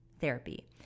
therapy